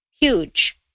huge